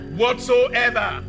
whatsoever